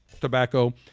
tobacco